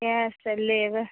इएह सब लेबै